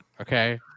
Okay